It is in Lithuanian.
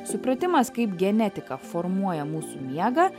supratimas kaip genetika formuoja mūsų miegą